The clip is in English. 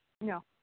No